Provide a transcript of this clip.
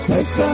Take